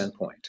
endpoint